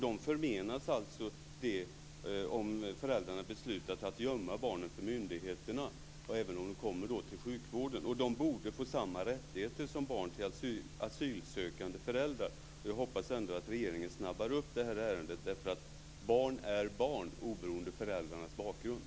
De förmenas alltså detta om föräldrarna beslutat att gömma barnen för myndigheterna. Dessa barn borde få samma rättigheter som barn till asylsökande föräldrar. Jag hoppas att regeringen snabbar upp detta ärende. Barn är barn oberoende av föräldrarnas bakgrund.